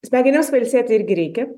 smegenims pailsėti irgi reikia